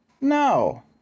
No